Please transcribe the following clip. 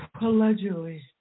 Allegedly